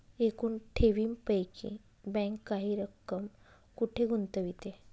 एकूण ठेवींपैकी बँक काही रक्कम कुठे गुंतविते?